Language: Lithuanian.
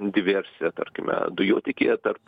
diversiją tarkime dujotiekyje tarp